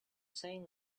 saying